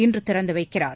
இன்று திறந்து வைக்கிறார்